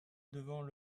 devant